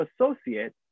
associate